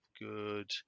good